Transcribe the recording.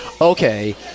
okay